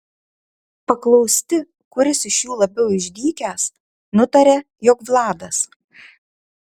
paklausti kuris iš jų labiau išdykęs nutaria jog vladas